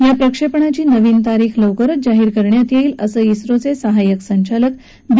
या प्रक्षणिपी नवीन तारीख लवकरच जाहीर करण्यात यईते असं इस्रोचसिहाय्यक संचालक बी